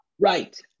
Right